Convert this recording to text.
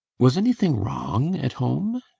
was anything wrong at home?